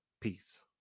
Peace